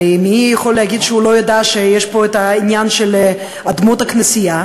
הרי מי יכול להגיד שהוא לא ידע שיש פה עניין של אדמות כנסייה,